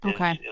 Okay